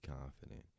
confident